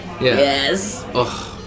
yes